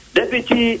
Deputy